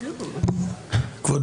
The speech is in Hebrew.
כבוד